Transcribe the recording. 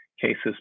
Cases